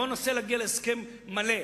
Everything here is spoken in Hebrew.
בואו ננסה להגיע להסכם מלא.